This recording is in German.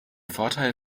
vorteil